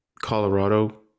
Colorado